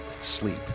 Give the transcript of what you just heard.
sleep